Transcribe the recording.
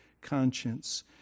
conscience